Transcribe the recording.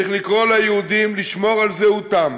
צריך לקרוא ליהודים לשמור על זהותם